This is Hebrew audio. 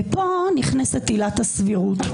ופה נכנסת עילת הסבירות.